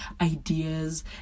ideas